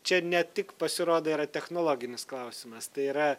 čia ne tik pasirodo yra technologinis klausimas tai yra